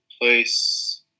place